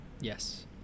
Yes